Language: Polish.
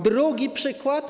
Drugi przykład.